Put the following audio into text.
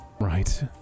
right